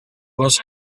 was